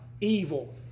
evil